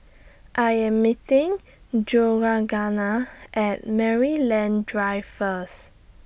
I Am meeting Georgianna At Maryland Drive First